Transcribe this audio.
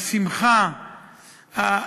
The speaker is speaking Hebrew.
השמחה,